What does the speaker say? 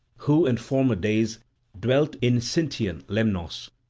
who in former days dwelt in sintian lemnos,